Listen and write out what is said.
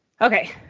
Okay